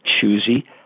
choosy